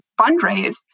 fundraise